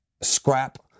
scrap